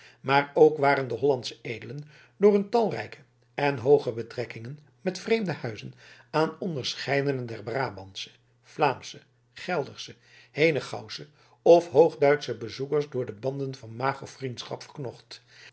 maar ook waren de hollandsche edelen door hun talrijke en hooge betrekkingen met vreemde huizen aan onderscheidene der brabantsche vlaamsche geldersche henegouwsche of hoogduitsche bezoekers door de banden van maag of vriendschap verknocht